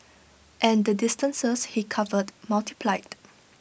and the distances he covered multiplied